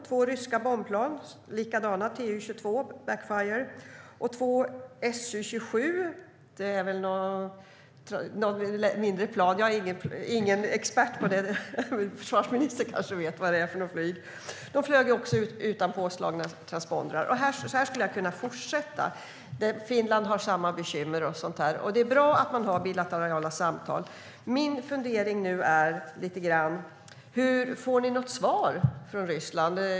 Två likadana ryska bomplan, Tu-22M Backfire, och två Su-27 - jag är ingen expert på flygplanstyper men tror att det är mindre plan - flög också utan påslagna transpondrar. Så här skulle jag kunna fortsätta. Finland har samma bekymmer. Och det är bra att man har bilaterala samtal. Min fundering är: Får ni något svar från Ryssland?